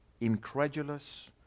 incredulous